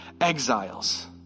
exiles